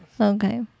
Okay